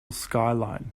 skyline